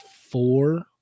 four